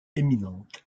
éminente